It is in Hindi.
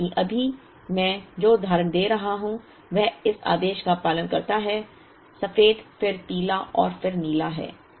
हालाँकि अभी मैं जो उदाहरण दे रहा हूं वह इस आदेश का पालन करता है सफेद फिर पीला और फिर नीला है